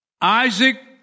Isaac